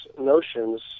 notions